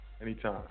anytime